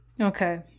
Okay